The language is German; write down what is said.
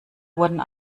wurden